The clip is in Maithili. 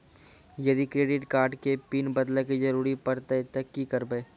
यदि क्रेडिट कार्ड के पिन बदले के जरूरी परतै ते की करे परतै?